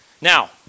Now